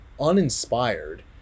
uninspired